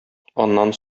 аннан